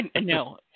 No